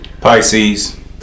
pisces